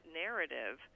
narrative